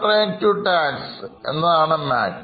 Minimum Alternate Tax എന്നതാണ് MAT